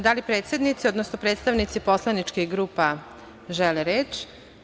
Da li predsednici, odnosno predstavnici poslaničkih grupa žele reč?